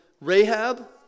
Rahab